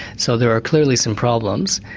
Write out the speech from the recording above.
so there are clearly some problems,